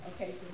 Okay